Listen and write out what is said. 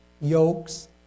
yokes